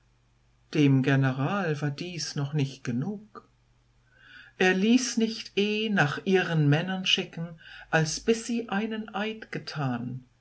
dem general war dies noch nicht genug er ließ nicht eh nach ihren männern schicken als bis sie einen eid getan